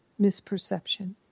misperception